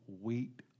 wheat